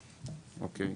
אוקי,